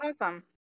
awesome